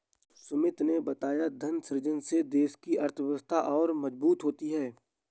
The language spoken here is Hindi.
सुमित ने बताया धन सृजन से देश की अर्थव्यवस्था और मजबूत होगी